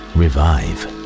revive